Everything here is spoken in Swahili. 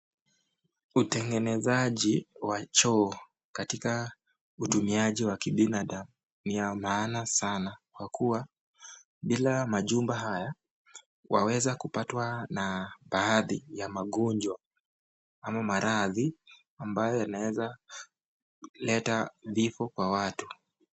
Utengenezaji wa choo katika hudumiaji wa kibinadam ni ya maana sana kwa kuwa bila machumba haya waweza kupatwa na bahati ya magonjwa ama maradhi ambayo yanaweza kuleta fifo kwa watu.